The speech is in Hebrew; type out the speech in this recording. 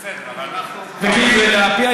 יפה, אבל אנחנו באפריל, לא במאי.